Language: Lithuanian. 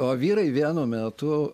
o vyrai vienu metų